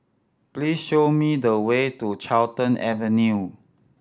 please show me the way to Carlton Avenue